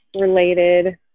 Related